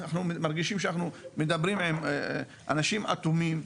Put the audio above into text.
אנחנו מרגישים שאנחנו מדברים עם אנשים אטומים,